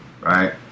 Right